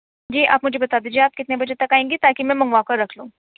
جی آپ مجھے بتا دیجئے آپ کتنے بجے تک آئیں گی تاکہ میں منگوا کر رکھ لوں